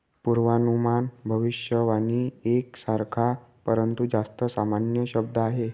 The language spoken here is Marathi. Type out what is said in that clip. पूर्वानुमान भविष्यवाणी एक सारखा, परंतु जास्त सामान्य शब्द आहे